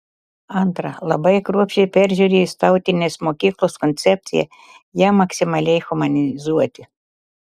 antra labai kruopščiai peržiūrėjus tautinės mokyklos koncepciją ją maksimaliai humanizuoti